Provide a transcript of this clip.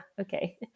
okay